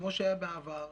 כמו שהיה בעבר,